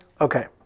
Okay